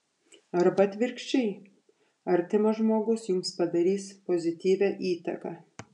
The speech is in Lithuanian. arba atvirkščiai artimas žmogus jums padarys pozityvią įtaką